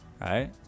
right